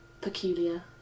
peculiar